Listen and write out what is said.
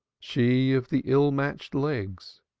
she of the ill-matched legs.